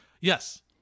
Yes